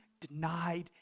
denied